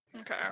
Okay